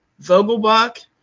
Vogelbach